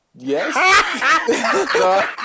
Yes